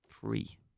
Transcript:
three